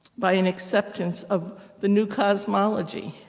by an acceptance of the new cosmology.